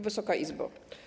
Wysoka Izbo!